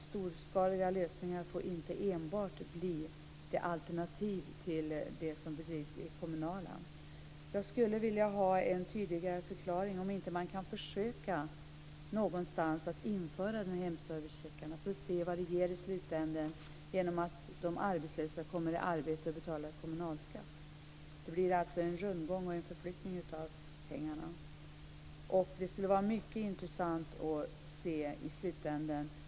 Storskaliga lösningar får inte bli det enda alternativet till den verksamhet som bedrivs i kommunal regi. Jag skulle vilja ha en tydligare förklaring av om man inte kan försöka införa de här hemservicecheckarna någonstans för att se vad det ger i slutändan genom att de arbetslösa kommer i arbete och betalar kommunalskatt. Det blir alltså en rundgång och en förflyttning av pengarna. Det skulle vara mycket intressant att se detta i slutändan.